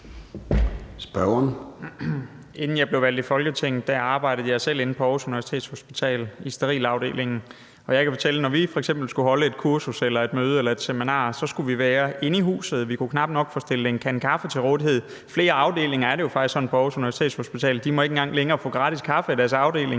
(DF): Inden jeg blev valgt til Folketinget, arbejdede jeg på Aarhus Universitetshospital i sterilafdelingen, og jeg kan fortælle, at når vi f.eks. skulle holde et kursus, et møde eller et seminar, skulle vi være inde i huset, og vi kunne knap nok få stillet en kande kaffe til rådighed. I flere afdelinger er det jo faktisk sådan på Aarhus Universitetshospital, at de ikke engang længere må få gratis kaffe, fordi